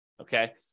okay